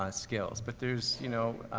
um skills. but there's, you know,